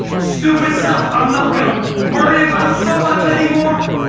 stupid stuff i'm not going to worry about so much anymore.